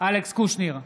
אלכס קושניר,